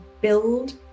build